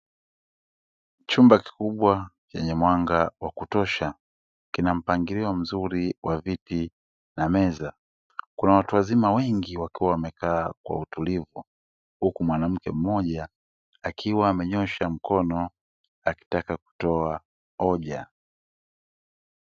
Chumba kikubwa chenye mwanga wa kutosha, kina mpangilio mzuri wa viti na meza. Kuna watu wazima wengi wakiwa wamekaa kwa utulivu huku mwanamke mmoja akiwa amenyoosha mkono akitaka kutoa hoja.